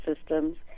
systems